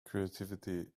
creativity